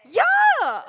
ya